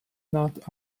not